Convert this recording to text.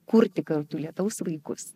kurti kartu lietaus vaikus